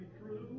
true